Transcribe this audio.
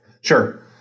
Sure